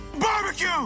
barbecue